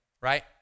right